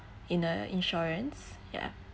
in a insurance yeah